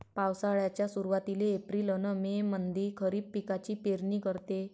पावसाळ्याच्या सुरुवातीले एप्रिल अन मे मंधी खरीप पिकाची पेरनी करते